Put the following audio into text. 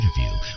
interview